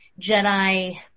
Jedi